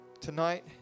tonight